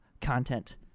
content